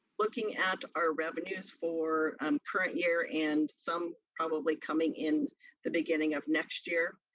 looking at our revenues for um current year and some probably coming in the beginning of next year,